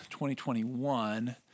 2021